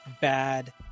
bad